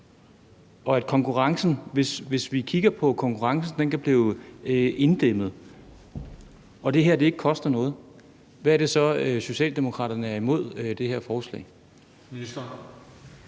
også taler om. Hvis vi kigger på konkurrencen, som kan blive inddæmmet, og hvis det her ikke koster noget, hvorfor er det så, at Socialdemokraterne er imod det her forslag?